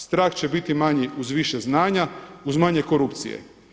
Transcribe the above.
Strah će biti manji uz više znanja, uz manje korupcije.